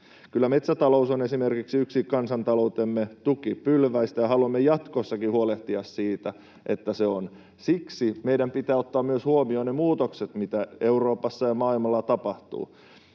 metsätalous on yksi kansantaloutemme tukipylväistä, ja haluamme jatkossakin huolehtia siitä, että se on. Siksi meidän pitää ottaa myös huomioon ne muutokset, mitä Euroopassa ja maailmalla tapahtuu.